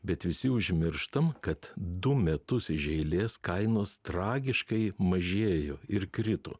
bet visi užmirštam kad du metus iš eilės kainos tragiškai mažėjo ir krito